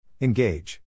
Engage